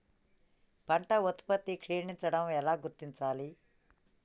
పంట ఉత్పత్తి క్షీణించడం ఎలా గుర్తించాలి?